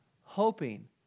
hoping